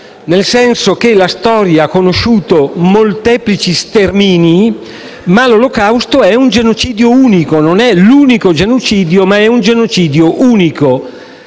nel senso che la storia ha conosciuto molteplici stermini, ma l'Olocausto è un genocidio unico. Non è l'unico genocidio, ma è un genocidio unico